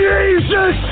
Jesus